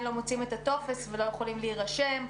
לא מוצאים את הטופס ולא יכולים להירשם.